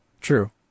True